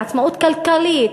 זו עצמאות כלכלית,